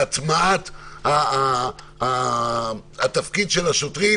להטמעת התפקיד של השוטרים,